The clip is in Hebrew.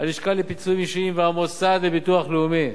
הלשכה לפיצויים אישיים והמוסד לביטוח לאומי.